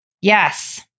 Yes